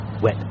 wet